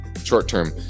Short-term